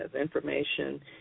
information